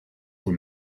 for